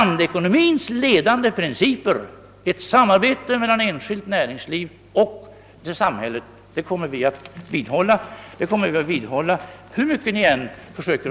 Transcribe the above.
Däremot kommer vi — hur mycket ni än försöker misstänkliggöra det — att vidhålla blandekonomins ledande: principer, ett samarbete mellan det enskilda näringslivet och samhället.